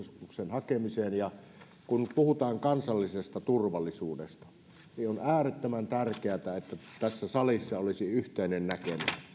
hakemiseen kun puhutaan kansallisesta turvallisuudesta niin on äärettömän tärkeätä että tässä salissa olisi yhteinen näkemys